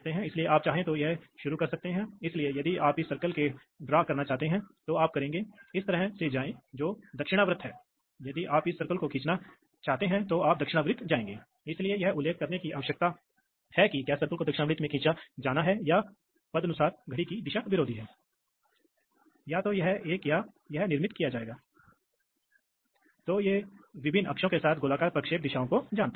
निकास दबाव के आस पास इसलिए जैसे यह चलता है और यह और ये मूवमेंट्स मिलीमीटर के अंश हैं तो आपके पास वाल्व की पायलट पोर्ट पर दबाव की एक उच्च संवेदनशीलता उच्च लाभ भिन्नता हो सकती है और वाल्व शिफ्ट हो सकता है इसलिए आप जानते हैं वाल्व को सक्रिय करने के लिए इंटरफेस संभव हैं